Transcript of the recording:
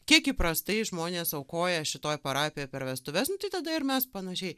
kiek įprastai žmonės aukoja šitoj parapijoj per vestuves nu tai tada ir mes panašiai